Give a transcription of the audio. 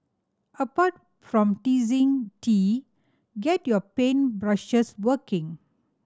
apart from teasing tea get your paint brushes working